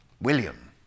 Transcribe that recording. William